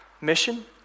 mission